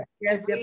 yes